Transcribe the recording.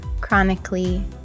chronically